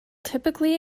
typically